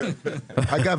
אגב,